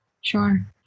sure